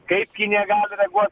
kaip kinija gali reaguot